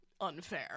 unfair